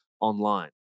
online